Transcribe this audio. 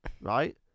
Right